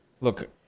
Look